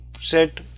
set